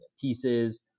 pieces